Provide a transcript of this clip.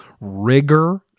rigor